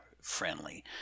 friendly